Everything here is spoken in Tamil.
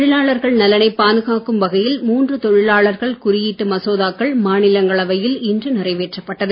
தொழிலாளர்கள் நலனை பாதுகாக்கும் வகையில் மூன்று தொழிலாளர்கள் குறியீட்டு மசோதாக்கள் மாநிலங்களவையில் இன்று நிறைவேற்றப்பட்டது